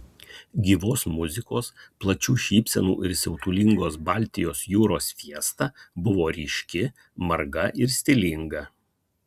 gyvos muzikos plačių šypsenų ir siautulingos baltijos jūros fiesta buvo ryški marga ir stilinga